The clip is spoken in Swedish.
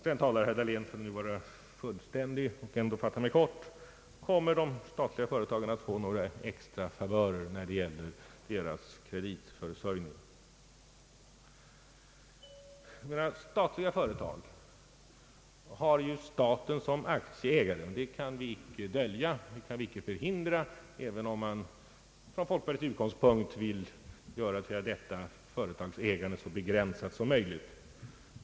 Om jag nu skall vara fullständig, men ändå fatta mig kort, frågade herr Dabhlén: Kommer de statliga företagen att få några extra favörer när det gäller deras kreditförsörjning? Nå, statliga företag har ju staten som aktieägare. Det kan vi inte dölja och inte heller förhindra, även om man från folkpartiets utgångspunkt vill göra detta företagsägande så begränsat som möjligt.